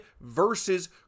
versus